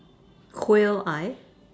quail eye